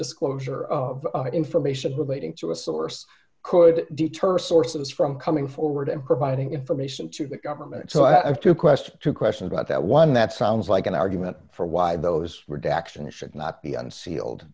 disclosure of information relating to a source could deter sources from coming forward and providing information to the government so i have to question two questions about that one that sounds like an argument for why those were the action should not be unsealed